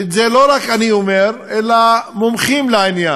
ואת זה לא רק אני אומר, אלא מומחים לעניין.